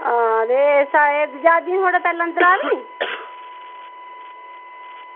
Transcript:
ऐ आं ते जा दियां परले अंदर आह्लियां बी